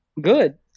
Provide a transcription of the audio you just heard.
good